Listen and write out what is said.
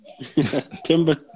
Timber